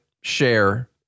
share